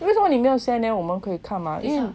eh 为什么你没有 send 我们可以看得到